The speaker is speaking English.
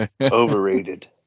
Overrated